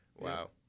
Wow